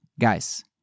guys